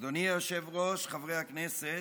אדוני היושב-ראש, חברי הכנסת,